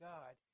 God